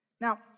Now